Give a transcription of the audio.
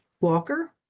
Walker